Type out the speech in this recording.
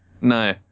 No